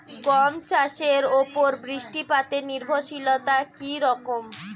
গম চাষের উপর বৃষ্টিপাতে নির্ভরশীলতা কী রকম?